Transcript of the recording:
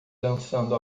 dançando